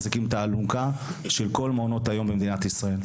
מחזיקים את האלונקה של כל מעונות היום במדינת ישראל.